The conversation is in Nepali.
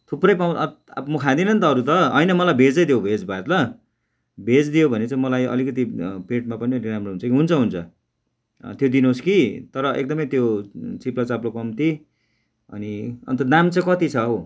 थुप्रै म खादिनँ नि त अरू त होइन मलाई भेजै देउ भेज भाइ ल भेज दियौ भने चाहिँ मलाई अलिकति पेटमा पनि अलि राम्रो हुन्छ कि हुन्छ हुन्छ त्यो दिनुहोस् कि तर एकदमै त्यो चिप्लो चाप्लो कम्ती अनि अन्त दाम चाहिँ कति छ हौ